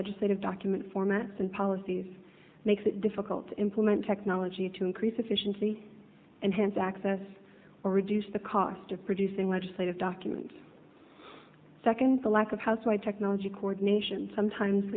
legislative document formats and policies makes it difficult to implement technology to increase efficiency and hence access or reduce the cost of producing legislative documents second the lack of housewife technology coordination sometimes